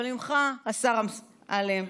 אבל ממך, השר אמסלם,